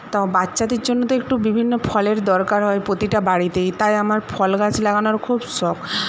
তো বাচ্চাদের জন্য তো একটু বিভিন্ন ফলের দরকার হয় প্রতিটা বাড়িতেই তাই আমার ফল গাছ লাগানোর খুব শখ